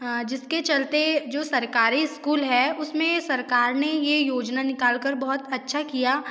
जिसके चलते जो सरकारी स्कूल हैं उसमें सरकार ने ये योजना निकालकर बहुत अच्छा किया